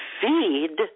feed